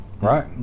Right